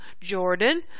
Jordan